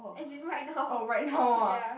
as in right now ya